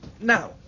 Now